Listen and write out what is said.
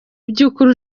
byukuri